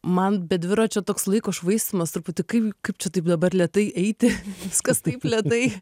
man be dviračio toks laiko švaistymas truputį kaip kaip čia taip dabar lėtai eiti viskas taip ledai